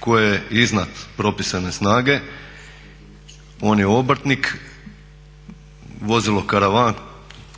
koje je iznad propisane snage, on je obrtnik, vozilo karavan,